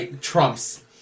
trumps